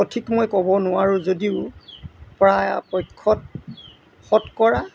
সঠিক মই ক'ব নোৱাৰোঁ যদিও প্ৰায় পয়খত শতকৰা